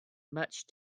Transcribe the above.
much